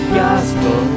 gospel